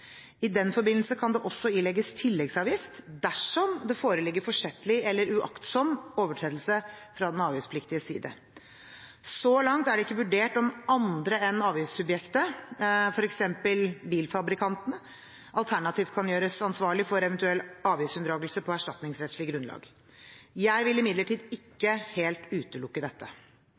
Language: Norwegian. I den forbindelse kan det også ilegges tilleggsavgift dersom det foreligger forsettlig eller uaktsom overtredelse fra den avgiftspliktiges side. Så langt er det ikke vurdert om andre enn avgiftssubjektet, f.eks. bilfabrikantene, alternativt kan gjøres ansvarlig for eventuell avgiftsunndragelse på erstatningsrettslig grunnlag. Jeg vil imidlertid ikke helt utelukke dette.